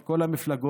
של כל המפלגות,